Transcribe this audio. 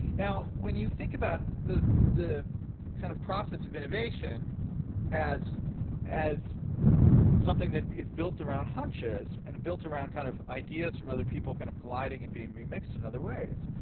now, when you think about the the kind of process of innovation as as something that is built around hunches, and it built around kind of ideas from other people kind of colliding and being mixed in other ways,